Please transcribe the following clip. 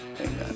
amen